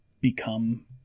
become